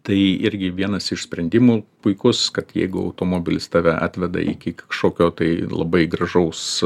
tai irgi vienas iš sprendimų puikus kad jeigu automobilis tave atveda iki kažkokio tai labai gražaus